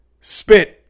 spit